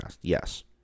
Yes